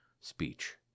speech